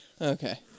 Okay